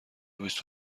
بیست